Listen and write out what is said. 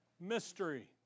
mystery